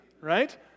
right